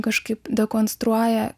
kažkaip dekonstruoja